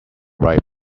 right